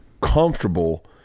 comfortable